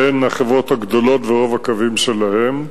שהן החברות הגדולות ורוב הקווים הם שלהן.